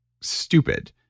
stupid